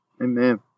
Amen